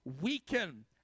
weaken